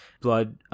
blood